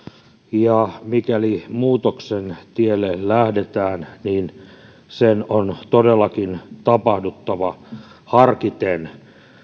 ja mikäli muutoksen tielle lähdetään sen on todellakin tapahduttava harkiten